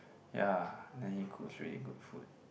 ya and he cooks really good food